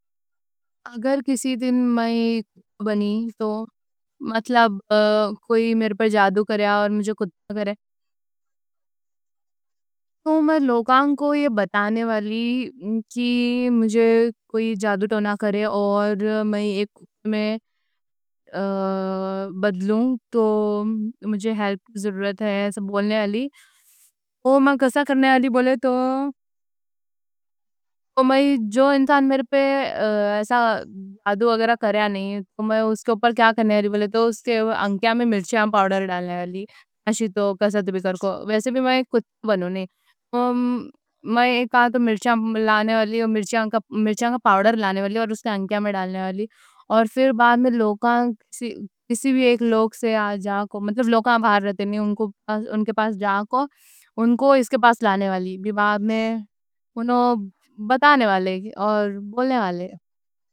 اگر کسی دن میں بنی تو مطلب کوئی میرے پر جادو کرے۔ اور مجھے کتا کرے تو میں لوکان کوں یہ بتانے والی کہ مجھے کوئی جادو ٹونا کرے۔ اور میں ایک میں بدلوں تو مجھے ہیلپ ضرورت ہے۔ میں کسا کرنے والی بولے تو جو انسان میرے پر جادو کرے تو میں ان کے آنکھیاں میں مرچی پاوڈر ڈالنے والی۔ ویسے بھی میں مرچی کا پاوڈر لانے والی اور ڈالنے والی۔ اور پھر بعد میں لوکان کسی بھی ایک لوگ سے جاکو، مطلب لوکان باہر رہتے ہیں، ان کے پاس جاکو، ان کو اس کے پاس لانے والی بھی، بعد میں انہوں بتانے والے اور بولنے والے۔